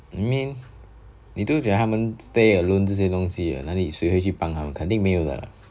I mean 你都讲他们 stay alone 这些东西那里谁会去帮忙他们肯定没的有 lah